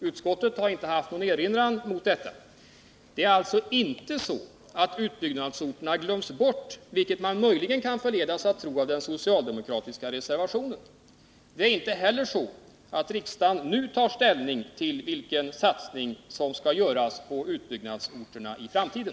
Utskottet har inte haft någon erinran mot detta. Det är alltså inte så att utbyggnadsorterna glöms bort, vilket man möjligen kan förledas att tro av den socialdemokratiska reservationen. Det är inte heller så att riksdagen nu tar ställning till vilken satsning som skall göras på utbyggnadsorterna i framtiden.